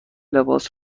لباس